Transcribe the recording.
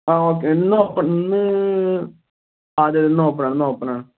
ആ ഓക്കെ ഇന്ന് ഓപ്പൺ ഇന്ന് അതെ ഇന്ന് ഓപ്പൺ ആണ് ഇന്ന് ഓപ്പൺ ആണ്